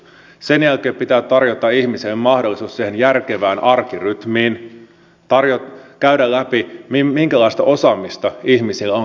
sen jälkeen pitää tarjota ihmiselle mahdollisuus siihen järkevään arkirytmiin käydä läpi minkälaista osaamista on ihmisillä keitä tänne saapuu